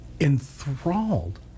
enthralled